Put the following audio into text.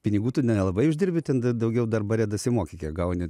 pinigų tu nelabai uždirbi ten da daugiau dar bare dasimoki kiek gauni